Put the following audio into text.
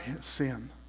sin